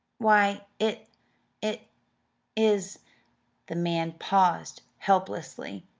why, it it is the man paused helplessly.